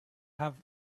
have